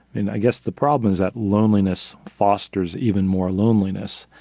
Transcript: and i guess the problem is that loneliness fosters even more loneliness,